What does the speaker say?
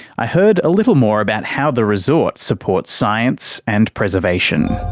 i heard a little more about how the resort supports science and preservation.